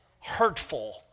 hurtful